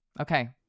Okay